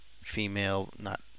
female—not